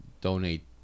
donate